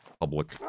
public